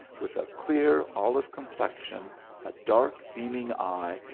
with a clear, olive complexion a dark beaming eye,